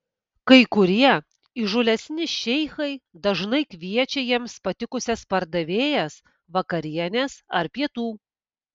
kai kurie įžūlesni šeichai dažnai kviečia jiems patikusias pardavėjas vakarienės ar pietų